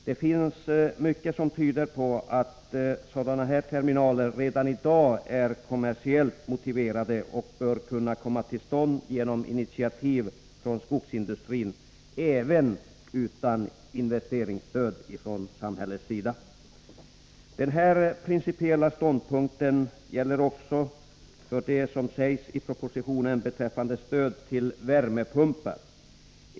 Det finns mycket som tyder på att sådana terminaler redan i dag är kommersiellt motiverade och bör kunna komma till stånd genom initiativ från skogsindustrin även utan investeringsstöd från samhället. Den här princiella ståndpunkten gäller också för det som sägs i propositionen beträffande stöd till värmepumpar.